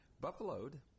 Buffaloed